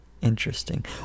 interesting